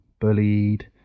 bullied